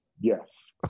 Yes